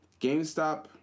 GameStop